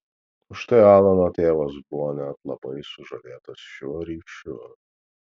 užtai alano tėvas buvo net labai sužavėtas šiuo ryšiu